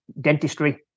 dentistry